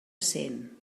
cent